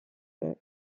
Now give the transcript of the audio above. big